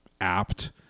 apt